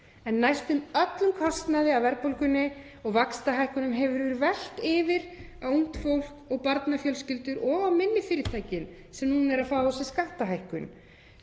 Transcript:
en næstum öllum kostnaði af verðbólgunni og vaxtahækkunum hefur verið velt yfir á ungt fólk og barnafjölskyldur og á minni fyrirtækin sem núna eru að fá á sig skattahækkun.